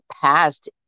passed